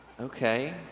Okay